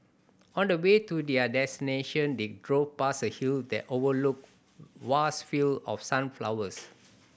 on the way to their destination they drove past a hill that overlooked vast field of sunflowers